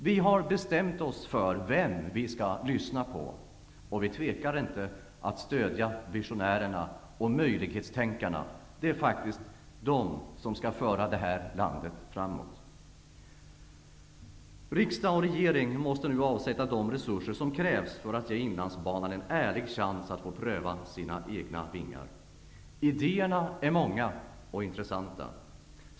Vi har bestämt oss för vem vi skall lyssna på. Vi tvekar inte att stödja visionärerna och möjlighetstänkarna. Det är de som skall föra landet framåt. Riksdag och regering måste nu avsätta de resurser som krävs för att ge Inlandsbanan en ärlig chans att få pröva sina egna vingar. Idéerna är många och intressanta.